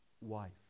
wife